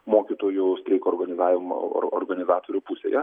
mokytojų streiko organizavimo organizatorių pusėje